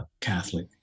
Catholic